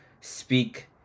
speak